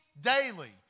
daily